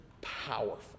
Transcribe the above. powerful